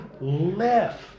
left